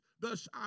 Thus